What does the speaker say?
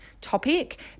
topic